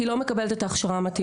כי היא לא מקבלת את ההכשרה המתאימה.